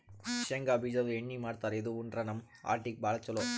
ಶೇಂಗಾ ಬಿಜಾದು ಎಣ್ಣಿ ಮಾಡ್ತಾರ್ ಇದು ಉಂಡ್ರ ನಮ್ ಹಾರ್ಟಿಗ್ ಭಾಳ್ ಛಲೋ